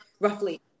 roughly